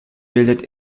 bildet